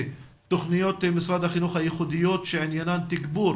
תוכניות משרד החינוך הייחודיות שעניינן תגבור